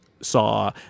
saw